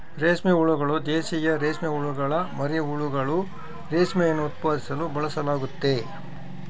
ರೇಷ್ಮೆ ಹುಳುಗಳು, ದೇಶೀಯ ರೇಷ್ಮೆಹುಳುಗುಳ ಮರಿಹುಳುಗಳು, ರೇಷ್ಮೆಯನ್ನು ಉತ್ಪಾದಿಸಲು ಬಳಸಲಾಗ್ತತೆ